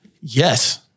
yes